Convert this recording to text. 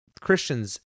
Christians